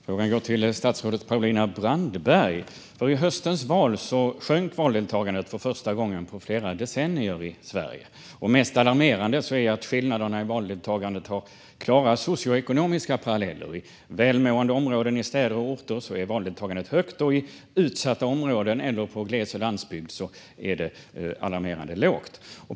Herr talman! Min fråga går till statsrådet Paulina Brandberg. I höstens val sjönk valdeltagandet i Sverige för första gången på flera decennier. Mest alarmerande är att skillnaderna i valdeltagande har klara socioekonomiska paralleller: I välmående områden i städer och orter är valdeltagandet högt, och i utsatta områden eller på gles och landsbygd är det alarmerande lågt.